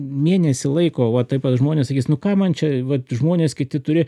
mėnesį laiko o va taip va žmonės sakys nu ką man čia vat žmonės kiti turi